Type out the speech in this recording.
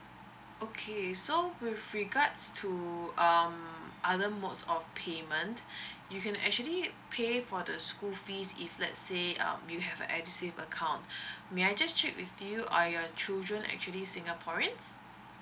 okay so with regards to um other modes of payment you can actually pay for the school fees if let's say um you have edusave account may I just check with you are your children actually singaporeans